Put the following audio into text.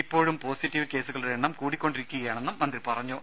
ഇപ്പോഴും പോസിറ്റീവ് കേസുകളുടെ എണ്ണം കൂടിക്കൊണ്ടിരിക്കുകയാണെന്നും മന്ത്രി പറഞ്ഞു